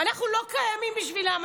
אנחנו לא קיימים בשבילם.